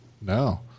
No